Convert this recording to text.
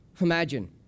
Imagine